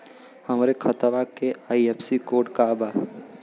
हमरे खतवा के आई.एफ.एस.सी कोड का बा?